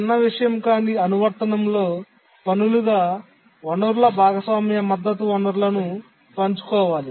చిన్నవిషయం కాని అనువర్తనంలో పనులుగా వనరుల భాగస్వామ్య మద్దతు వనరులను పంచుకోవాలి